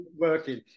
Working